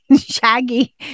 shaggy